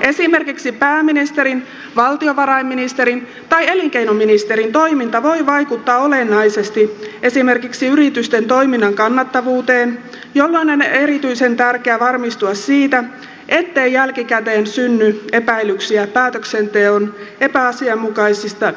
esimerkiksi pääministerin valtiovarainministerin tai elinkeinoministerin toiminta voi vaikuttaa olennaisesti esimerkiksi yritysten toiminnan kannattavuuteen jolloin on erityisen tärkeää varmistua siitä ettei jälkikäteen synny epäilyksiä päätöksenteon epäasianmukaisista